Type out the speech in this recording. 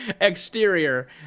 exterior